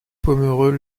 pomereux